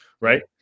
right